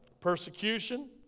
persecution